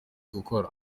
gukora